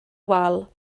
wal